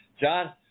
John